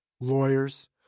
Lawyers